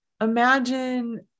Imagine